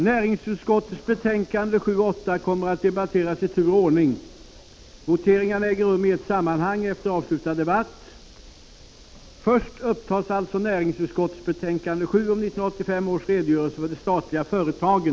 Näringsutskottets betänkanden 7 och 8 kommer att debatteras i tur och ordning. Voteringarna äger rum i ett sammanhang efter avslutad debatt. Först upptas alltså näringsutskottets betänkande 7 om 1985 års redogörelse för de statliga företagen.